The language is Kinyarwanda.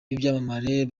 b’ibyamamare